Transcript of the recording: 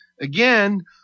Again